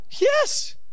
Yes